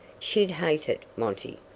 she'd hate it, monty.